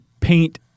paint